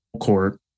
court